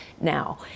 now